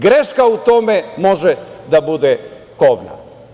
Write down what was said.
Greška u tome može da bude kobna.